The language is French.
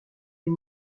est